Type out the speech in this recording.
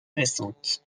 récente